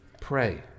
Pray